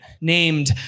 named